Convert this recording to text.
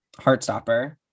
Heartstopper